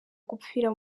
gupfira